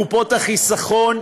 קופות החיסכון,